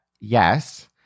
yes